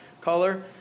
color